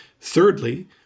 Thirdly